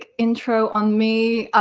ah intro on me.